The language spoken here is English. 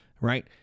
right